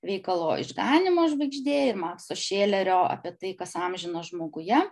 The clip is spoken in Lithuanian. veikalo išganymo žvaigždė ir makso šėlerio apie tai kas amžino žmoguje